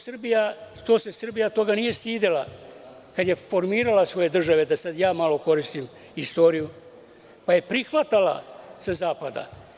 Srbija se toga nije stidela kada je formirala svoje države, da sad ja malo koristim istoriju, pa je prihvatala sa zapada.